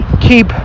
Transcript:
keep